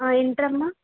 inter అమ్మ